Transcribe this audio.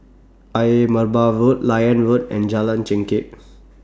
Ayer Merbau Road Liane Road and Jalan Chengkek